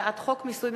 הצעת חוק מיסוי